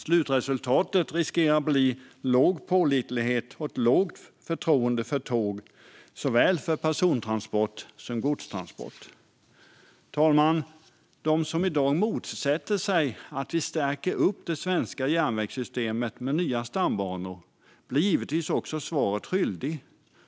Slutresultatet riskerar att bli låg pålitlighet och lågt förtroende för tåg, såväl för persontrafik som för godstransport. Herr talman! De som i dag motsätter sig att vi stärker det svenska järnvägssystemet med nya stambanor blir givetvis svaret skyldiga.